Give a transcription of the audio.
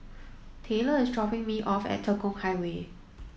Taylor is dropping me off at Tekong Highway